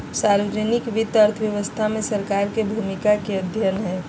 सार्वजनिक वित्त अर्थव्यवस्था में सरकार के भूमिका के अध्ययन हइ